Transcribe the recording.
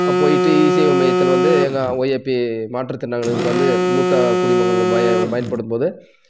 போய்ட்டு இசேவை மையத்தில் வந்து ஏங்க ஓஏபி மாற்றுத் திறனாளிகளுக்கு வந்து மூத்த குடிமகன் பய பயன்படும்போது